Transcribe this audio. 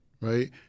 right